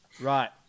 Right